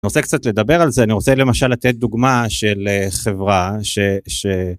אני רוצה קצת לדבר על זה, אני רוצה למשל לתת דוגמה של חברה ש...